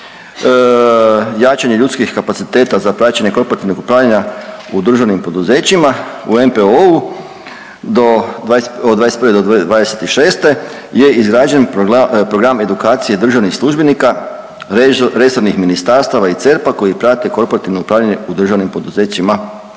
jačanje ljudskih kapaciteta za praćenje korporativnog upravljanja u državnim poduzećima u MPO od 21. do 26. je izgrađen program edukacije državnih službenika resornih ministarstava i CERP-a koji prate korporativno upravljanje u državnim poduzećima.